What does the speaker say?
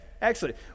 excellent